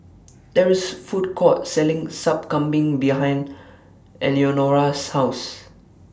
There IS Food Court Selling Sup Kambing behind Eleonora's House